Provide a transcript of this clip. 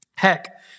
Heck